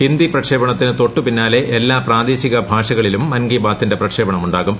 ഹിന്ദി പ്രക്ഷേപണത്തിനു തൊട്ടു പിന്നാലെ എല്ലാ പ്രാദേശിക ഭാഷകളിലും മൻ കി ബാത്തിന്റെ പ്രക്ഷേപണം ഉണ്ടാകും